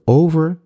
over